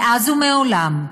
מאז ומעולם,